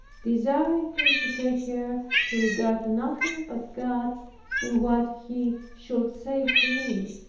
desiring him to take care to regard nothing but god in what he should say to me.